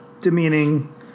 demeaning